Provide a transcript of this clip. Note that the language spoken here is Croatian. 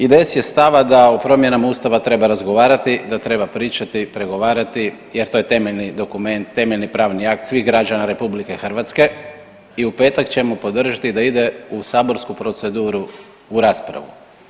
IDS je stava da o promjenama Ustava treba razgovarati, da treba pričati i pregovarati jer to je temeljni dokument, temeljni pravni akt svih građana RH i u petak ćemo podržati da ide u saborsku proceduru u raspravu.